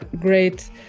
great